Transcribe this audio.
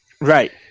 right